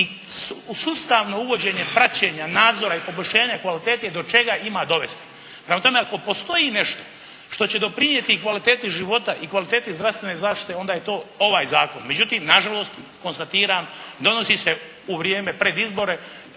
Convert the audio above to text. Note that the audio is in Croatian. I sustavno uvođenje, praćenja nadzora i poboljšanja kvalitete do čega ima dovesti. Prema tome ako postoji nešto što će doprinijeti kvaliteti života i kvaliteti zdravstvene zaštite onda je to ovaj zakon. Međutim nažalost konstatiram donosi se u vrijeme pred izbore,